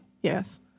Yes